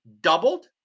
doubled